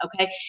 Okay